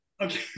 Okay